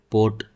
Port